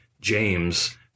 james